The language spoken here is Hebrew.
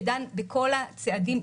שדן בכל הצעדים,